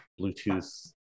Bluetooth